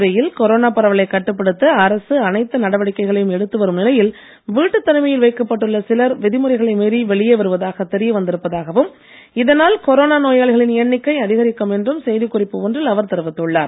புதுச்சேரியில் கொரோனா நடவடிக்கைகளையும் எடுத்து வரும் நிலையில் வீட்டுத் தனிமையில் வைக்கப்பட்டுள்ள சிலர் விதிமுறைகளை மீறி வெளியே வருவதாக தெரிய வந்திருப்பதாகவும் இதனால் கொரோனா நோயாளிகளின் எண்ணிக்கை அதிரிக்கும் என்றும் செய்தி குறிப்பு ஒன்றில் அவர் தெரிவித்துள்ளார்